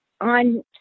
on